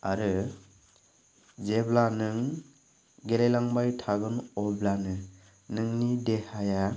आरो जेब्ला नों गेलेलांबाय थागोन अब्लानो नोंनि देहाया